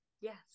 yes